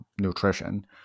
nutrition